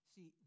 See